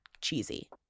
cheesy